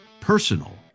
personal